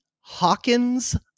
Hawkins